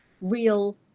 real